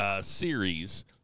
series